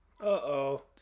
Uh-oh